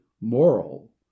moral